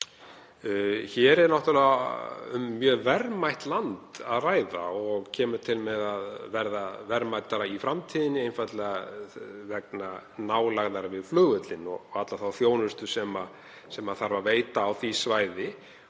Hér er náttúrlega um mjög verðmætt land að ræða og kemur til með að verða verðmætara í framtíðinni, einfaldlega vegna nálægðar við flugvöllinn og alla þá þjónustu sem þarf að veita á því svæði.